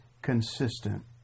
consistent